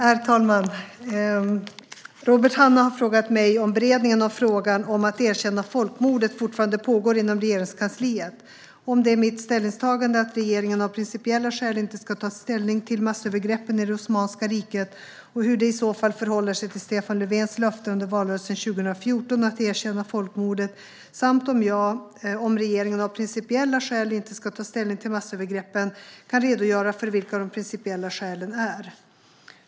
Herr talman! Robert Hannah har frågat mig om beredningen av frågan om att erkänna folkmordet fortfarande pågår inom Regeringskansliet. Han har frågat om det är mitt ställningstagande att regeringen av principiella skäl inte ska ta ställning till massövergreppen i Osmanska riket, och hur det i så fall förhåller sig till Stefan Löfvens löfte under valrörelsen 2014 att erkänna folkmordet. Robert Hannah har även frågat om jag, om regeringen av principiella skäl inte ska ta ställning till massövergreppen, kan redogöra för vilka de principiella skälen är.